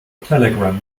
telegram